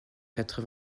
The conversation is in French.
quatre